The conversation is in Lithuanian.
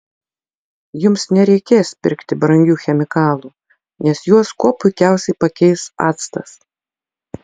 jums nereikės pirkti brangių chemikalų nes juos kuo puikiausiai pakeis actas